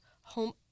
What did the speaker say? Home